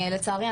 לצערי,